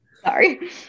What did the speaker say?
sorry